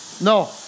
No